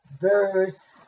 verse